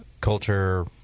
culture